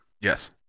yes